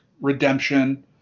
redemption